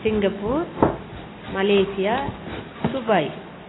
Singapore Malaysia Dubai